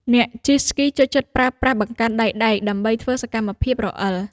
អ្នកជិះស្គីចូលចិត្តប្រើប្រាស់បង្កាន់ដៃដែក ដើម្បីធ្វើសកម្មភាពរអិល។